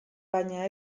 baina